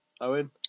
Owen